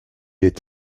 est